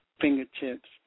Fingertips